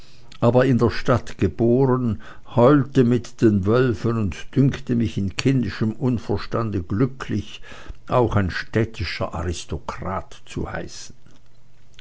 aber in der stadt geboren heulte mit den wölfen und dünkte mich in kindischem unverstande glücklich auch ein städtischer aristokrat zu heißen